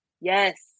Yes